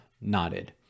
nodded